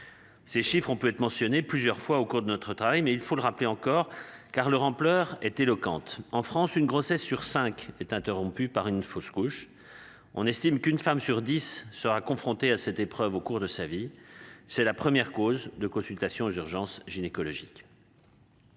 Ces chiffres on peut être mentionné plusieurs fois au cours de notre travail mais il faut le rappeler encore car leur ampleur est éloquente. En France, une grossesse sur cinq est interrompue par une fausse couche. On estime qu'une femme sur 10 sera confronté à cette épreuve au cours de sa vie. C'est la première cause de consultations aux urgences gynécologiques.